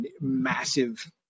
massive